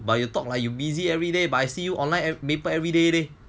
but you talk lah you busy everyday but I see you online at Maple everyday